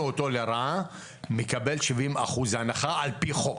אותו לרעה מקבל שבעים אחוז הנחה על פי חוק.